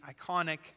iconic